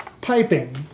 piping